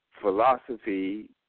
philosophy